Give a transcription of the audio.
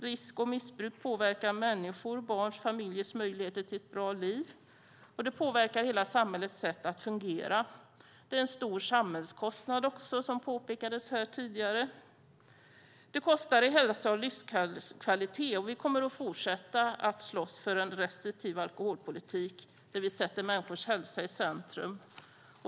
Risk och missbruk påverkar människor och barns och familjers möjligheter till ett bra liv. Det påverkar hela samhällets sätt att fungera. Det är också en stor samhällskostnad, som påpekades här tidigare. Det kostar i hälsa och livskvalitet, och vi kommer att fortsätta att slåss för en restriktiv alkoholpolitik där vi sätter människors hälsa i centrum.